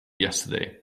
yesterday